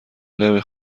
نمی